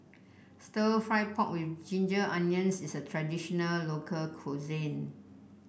Stir Fried Pork with Ginger Onions is a traditional local cuisine